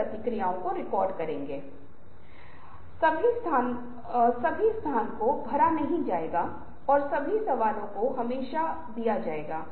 आप संबंध बनाने की कोशिश करते हैं आप देखते हैं कि उत्तम दर्जे का हो सकता है कि कक्षा के साथ कुछ समय पर कुछ कर सके